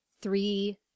three